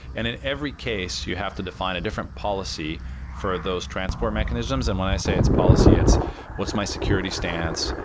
and in every case you have to define a different policy for those transport mechanisms. and when i say it's policy, it's was my security stance?